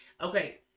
Okay